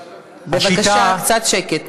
בבקשה, קצת שקט.